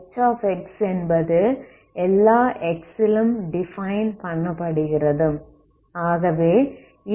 H என்பது எல்லா x யிலும் டிஃபைன் பண்ணப்படுகிறது